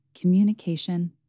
communication